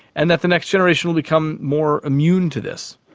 and that the next generation will become more immune to this.